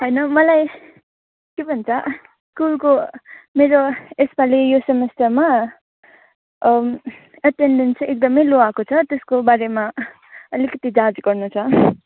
होइन हौ मलाई के भन्छ स्कुलको मेरो यसपालि यो सेमिस्टरमा एटेन्डेन्स चाहिँ एकदमै लो आएको छ त्यसको बारेमा अलिकति जाँच गर्नु छ